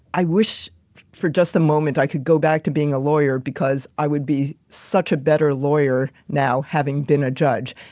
i wish for just a moment i could go back to being a lawyer because i would be such a better lawyer now having been a judge.